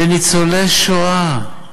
לניצולי שואה, לניצולי שואה.